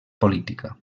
política